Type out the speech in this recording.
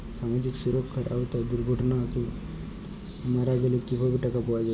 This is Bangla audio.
সামাজিক সুরক্ষার আওতায় দুর্ঘটনাতে মারা গেলে কিভাবে টাকা পাওয়া যাবে?